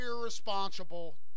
irresponsible